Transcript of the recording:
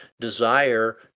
desire